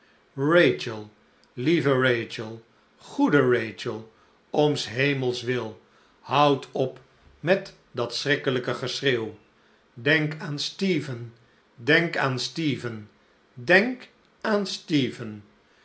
lieve rachel goede rachel om s hemels wil houd op met dat schrikkelijke geschreeuw denk aan stephen denk aan stephen denk aan stephen